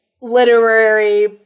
literary